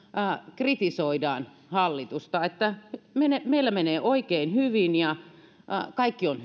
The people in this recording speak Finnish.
kritisoidaan hallitusta että meillä menee oikein hyvin ja kaikki on